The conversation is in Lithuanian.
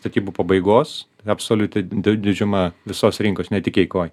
statybų pabaigos absoliuti di didžiuma visos rinkos ne tik eikoj